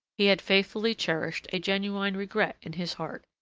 he had faithfully cherished a genuine regret in his heart,